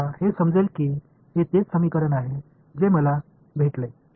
எனவே சமதளத்தில் இருந்தால் n சுட்டிக்காட்டும் சமதளத்தில் உள்ளது